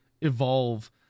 evolve